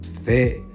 fit